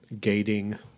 gating